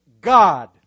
God